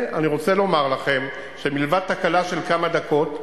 אני רוצה לומר לכם שמלבד תקלה של כמה דקות,